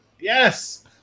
Yes